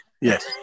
Yes